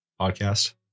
podcast